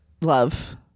love